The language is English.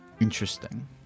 Interesting